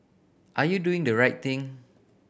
are you doing the right thing